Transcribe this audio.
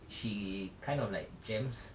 she kind of like jams